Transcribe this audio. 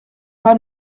pas